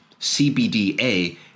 cbda